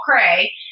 cray